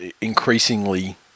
increasingly